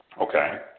Okay